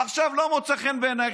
עכשיו לא מוצא חן בעינייך,